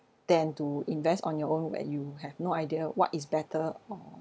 than to invest on your own where you have no idea what is better or